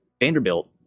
Vanderbilt